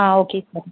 ah okay sir